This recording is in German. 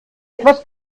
etwas